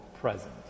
present